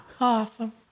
Awesome